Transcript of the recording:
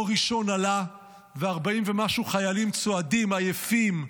אור ראשון עלה ו-40 ומשהו חיילים צועדים עייפים,